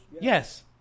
Yes